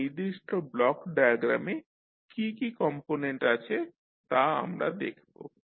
এই নির্দিষ্ট ব্লক ডায়াগ্রামে কি কি কম্পোনেন্ট আছে তা আমরা দেখব